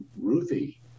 Ruthie